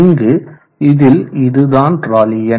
இங்கு இதில் இதுதான் ராலி எண்